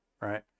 right